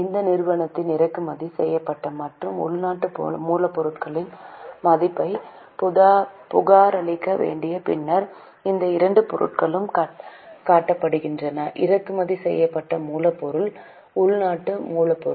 இந்த நிறுவனங்கள் இறக்குமதி செய்யப்பட்ட மற்றும் உள்நாட்டு மூலப்பொருட்களின் மதிப்பைப் புகாரளிக்க வேண்டிய பின்னர் இந்த இரண்டு பொருட்களும் காட்டப்படுகின்றன இறக்குமதி செய்யப்பட்ட மூலப்பொருள் உள்நாட்டு மூலப்பொருள்